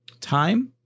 time